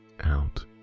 out